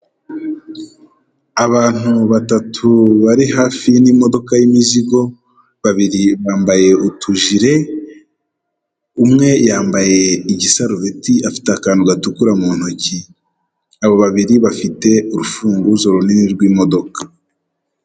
Abantu batatu bari hafi n'imodoka y'imizigo, babiri bambaye utujire, umwe yambaye igisarubeti afite akantu gatukura mu ntoki. Abo babiri bafite urufunguzo runini rw'imodoka.